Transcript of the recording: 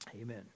Amen